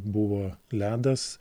buvo ledas